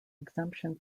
exemption